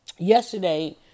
Yesterday